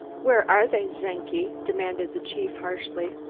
where are they, czenki? demanded the chief harshly.